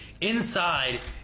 Inside